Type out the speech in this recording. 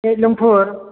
बिनमफुर